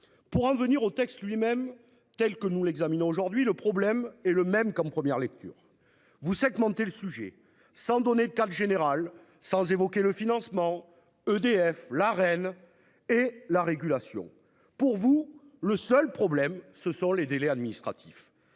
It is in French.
pour en venir au texte lui-même telle que nous l'examinons aujourd'hui le problème est le même qu'en première lecture vous segmenter le sujet sans donner quatre général sans évoquer le financement, EDF, la reine et la régulation. Pour vous, le seul problème, ce sont les délais administratifs.